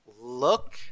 look